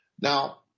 Now